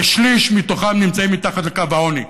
ושליש מתוכם נמצאים מתחת לקו העוני.